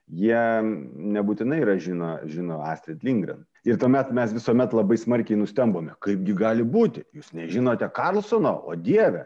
jie nebūtinai yra žino žino astrid lindgren ir tuomet mes visuomet labai smarkiai nustembame kaipgi gali būti jūs nežinote karlsono o dieve